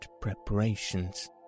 preparations